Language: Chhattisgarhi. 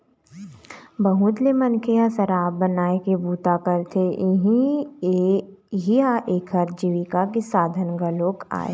बहुत ले मनखे ह शराब बनाए के बूता करथे, इहीं ह एखर जीविका के साधन घलोक आय